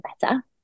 better